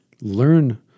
Learn